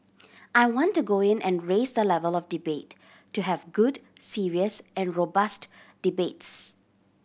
I want to go in and raise the level of debate to have good serious and robust debates